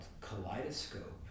kaleidoscope